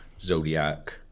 Zodiac